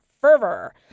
fervor